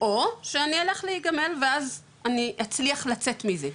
או שאני אלך להיגמל ואז אני אצליח לצאת מזה,